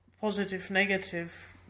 positive-negative